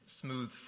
smooth